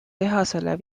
viimase